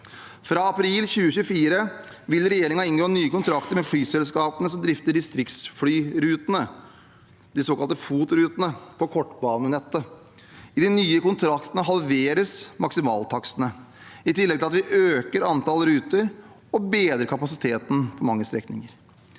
Fra april 2024 vil regjeringen inngå nye kontrakter med flyselskapene som drifter distriktsflyrutene, de såkalte FOT-rutene, på kortbanenettet. I de nye kontraktene halveres maksimaltakstene, i tillegg til at vi øker antall ruter og bedrer kapasiteten på mange strekninger.